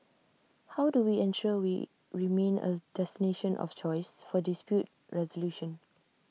how do we ensure we remain A destination of choice for dispute resolution